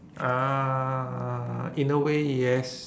uhh in a way yes